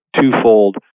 twofold